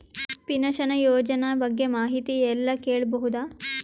Pension ಯೋಜನ ಬಗ್ಗೆ ಮಾಹಿತಿ ಎಲ್ಲ ಕೇಳಬಹುದು?